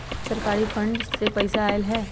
सरकारी फंड से पईसा आयल ह?